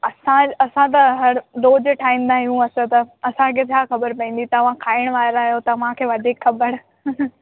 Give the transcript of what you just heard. असां असां त हर रोज़ ठाहींदा आहियूं असां त असांखे छा ख़बर पवंदी तव्हां खाइण वारा आहियो तव्हांखे वधीक ख़बर